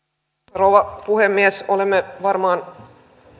rouva puhemies olemme varmaan